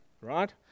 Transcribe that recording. right